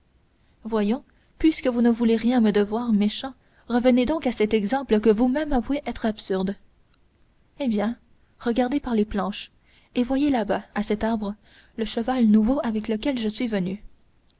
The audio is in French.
voyons puisque vous ne voulez rien me devoir méchant revenez donc à cet exemple que vous-même avouez être absurde eh bien regardez par les planches et voyez là-bas à cet arbre le cheval nouveau avec lequel je suis venu